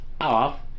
off